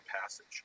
passage